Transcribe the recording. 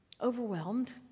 overwhelmed